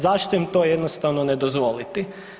Zašto im to jednostavno ne dozvoliti?